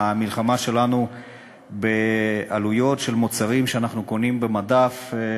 תסייע לנו במלחמה שלנו בעלויות של מוצרים שאנחנו קונים מהמדף,